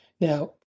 Now